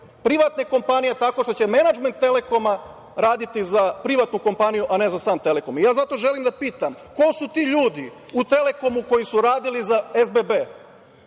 privatne kompanija, tako što će menadžment „Telekoma“ raditi za privatnu kompaniju, a ne za sam „Telekom“.Zato želim da pitam – ko su ti ljudi u „Telekomu“ koji su radili za SBB?